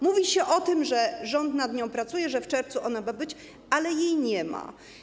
Mówi się o tym, że rząd nad nią pracuje, że w czerwcu ona ma być, ale jej nie ma.